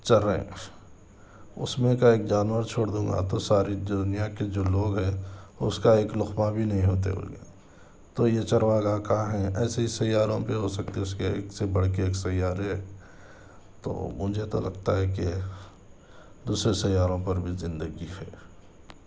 چر رہیں اُس میں کا ایک جانور چھوڑ دوں گا تو ساری دُنیا کے جو لوگ ہیں اُس کا ایک لقمہ بھی نہیں ہوتے بول کے تو یہ چروا گاہ کہاں ہے ایسے ہی سیاروں پہ ہو سکتے اُس کے ایک سے بڑھ کے ایک سیارے تو مجھے تو لگتا ہے کہ دوسرے سیاروں پر بھی زندگی ہے